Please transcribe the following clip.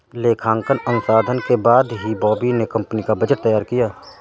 लेखांकन अनुसंधान के बाद ही बॉबी ने कंपनी का बजट तैयार किया